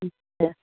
ठीक है